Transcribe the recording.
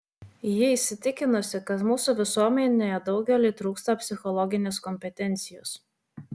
ji įsitikinusi kad mūsų visuomenėje daugeliui trūksta psichologinės kompetencijos